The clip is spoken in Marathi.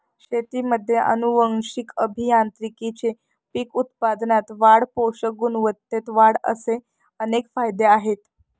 शेतीमध्ये आनुवंशिक अभियांत्रिकीचे पीक उत्पादनात वाढ, पोषक गुणवत्तेत वाढ असे अनेक फायदे आहेत